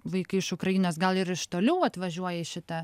vaikai iš ukrainos gal ir iš toliau atvažiuoja į šitą